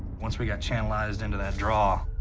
once we got channelized into that draw,